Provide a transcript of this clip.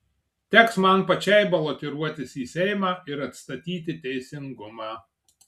teks man pačiai balotiruotis į seimą ir atstatyti teisingumą